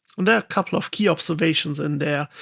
and there are a couple of key observations in there,